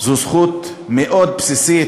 זכות מאוד בסיסית,